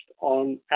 on